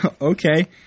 Okay